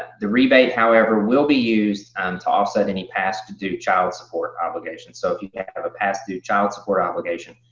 the rebate, however, will be used to offset any past due child support obligations. so if you have a past due child support obligation,